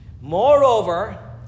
Moreover